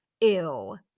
ew